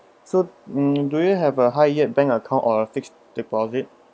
so mm do you have a high yet bank account or a fixed deposit